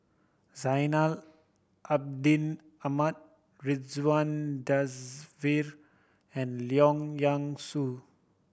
Zainal Abidin Ahmad Ridzwan Dzafir and Leong Yee Soo